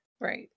Right